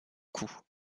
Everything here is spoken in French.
coût